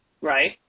Right